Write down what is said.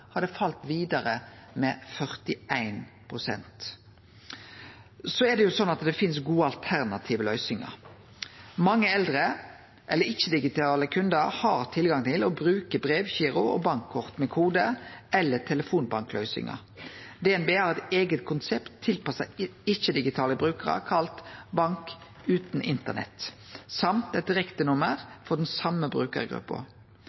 har dette falle vidare med 41 pst. Det finst gode alternative løysingar. Mange eldre eller ikkje-digitale kundar har tilgang til og bruker brevgiro og bankkort med kode, eller telefonbankløysingar. DNB har eit eige konsept tilpassa ikkje-digitale brukarar kalla «Bank uten internett» og dessutan eit